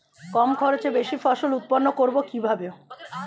কম খরচে বেশি ফসল উৎপন্ন করব কিভাবে?